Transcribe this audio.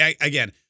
again